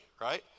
right